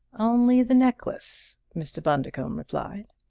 only the necklace! mr. bundercombe replied.